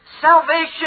salvation